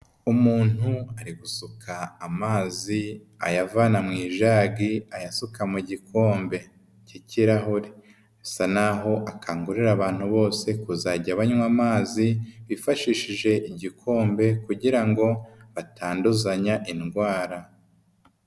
Umuntu ari gusuka amazi ayavana mw,ijagi ayasuka mu gikombe cy'ikirahure asa naho akangurira abantu bose kuzajya banywa amazi bifashishije igikombe kugira ngo batanduzanya indwara,